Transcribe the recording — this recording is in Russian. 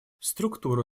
структура